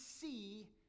see